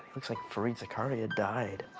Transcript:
looks like fareed zakaria died.